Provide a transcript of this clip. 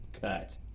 cut